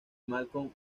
malcolm